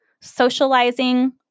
socializing